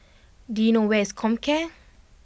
do you know where is Comcare